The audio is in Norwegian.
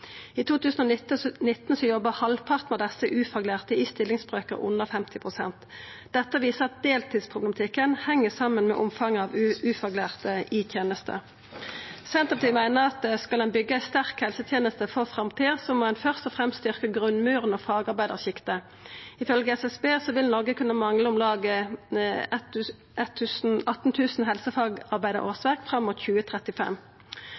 I 2019 jobba halvparten av desse ufaglærte i stillingsbrøkar under 50 pst. Dette viser at deltidsproblematikken heng saman med omfanget av ufaglærte i tenesta. Senterpartiet meiner at skal ein byggja ei sterk helseteneste for framtida, må ein først og fremst styrkja grunnmuren og fagarbeidarsjiktet. Ifølgje SSB vil Noreg kunna mangla om lag 18 000 helsefagarbeidarårsverk fram mot 2035.